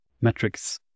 metrics